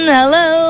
Hello